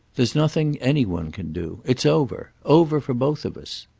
there's nothing any one can do. it's over. over for both of us.